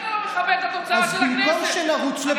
לא מכבד את התוצאה של הכנסת.